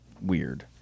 weird